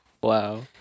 Wow